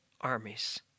armies